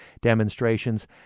demonstrations